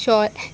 show